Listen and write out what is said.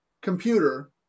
computer